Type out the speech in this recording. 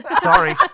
Sorry